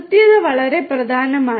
കൃത്യത വളരെ പ്രധാനമാണ്